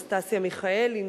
אנסטסיה מיכאלי,